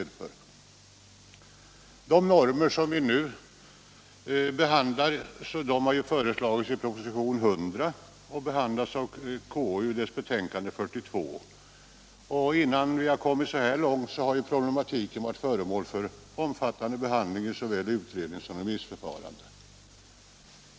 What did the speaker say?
De normer för presstöd som föreslås i propositionen 100 har behandlats av konstitutionsutskottet i betänkandet 42. Men innan dess har proble matiken varit föremål för omfattande såväl utredning som remissförfarande.